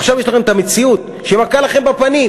עכשיו, יש לכם מציאות שמכה לכם בפנים.